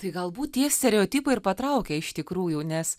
tai galbūt tie stereotipai ir patraukia iš tikrųjų nes